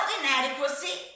Inadequacy